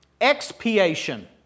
Expiation